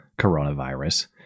coronavirus